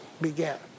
began